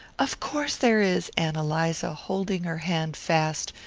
of course there is! ann eliza, holding her hand fast,